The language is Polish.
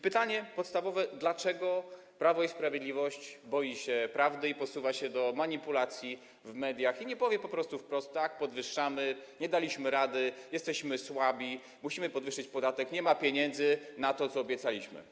Pytanie podstawowe: Dlaczego Prawo i Sprawiedliwość boi się prawdy i posuwa się do manipulacji w mediach, a po prostu nie powie wprost: tak, podwyższamy, nie daliśmy rady, jesteśmy słabi, musimy podwyższyć podatek, nie ma pieniędzy na to, co obiecaliśmy?